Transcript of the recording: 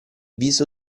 viso